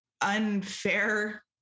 unfair